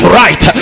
right